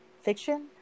fiction